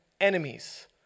enemies